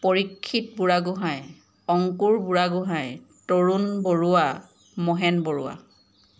Parikshit Burhagohain Ankur Burhagohain Tarun Baruah Mahen Barua